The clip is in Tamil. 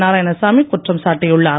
நாராயணசாமி குற்றம் சாட்டியுள்ளார்